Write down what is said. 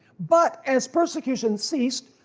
but as persecution ceased,